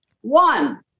One